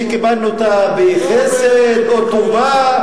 שקיבלנו אותה בחסד או טובה,